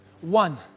One